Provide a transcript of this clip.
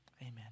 Amen